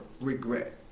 regret